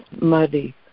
muddy